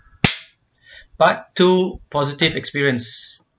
part two positive experience